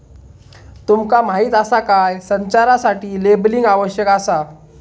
तुमका माहीत आसा काय?, संचारासाठी लेबलिंग आवश्यक आसा